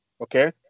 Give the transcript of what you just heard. Okay